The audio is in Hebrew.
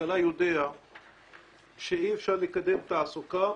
כלכלה יודע שאי אפשר לקדם תעסוקה